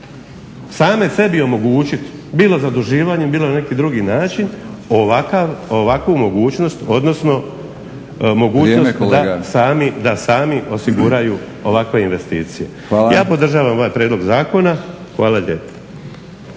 same sebi omogućiti bilo zaduživanjem, bilo na neki drugi način ovakvu mogućnost, odnosno mogućnost da sami osiguraju ovakve investicije. Ja podržavam ovaj prijedlog zakona. Hvala lijepo.